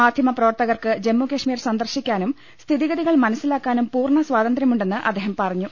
മാധ്യമ പ്രവർത്തകർക്ക് ജമ്മുകശ്മീർ സന്ദർശിക്കാനും സ്ഥിതിഗതികൾ മനസ്സിലാ ക്കാനും പൂർണ സ്വാതന്ത്ര്യമുണ്ടെന്ന് അദ്ദേഹം പറഞ്ഞു